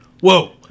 whoa